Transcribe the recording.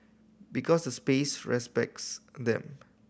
because the space respects them